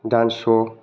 dance स'